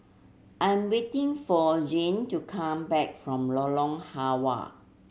I am waiting for Jann to come back from Lorong Halwa